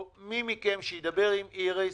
או מי מכם שידבר עם איריס